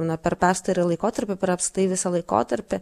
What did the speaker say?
na per pastarąjį laikotarpį per apskritai visą laikotarpį